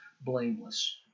blameless